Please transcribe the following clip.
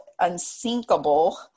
unsinkable